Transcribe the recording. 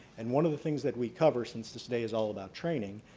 and one of the things that we cover, since this day is all about training,